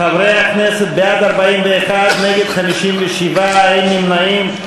חברי הכנסת, בעד, 41, נגד, 57, אין נמנעים.